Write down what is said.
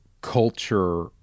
culture